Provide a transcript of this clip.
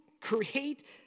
create